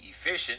efficient